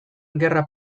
gerra